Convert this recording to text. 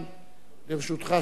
לרשותך שלוש דקות.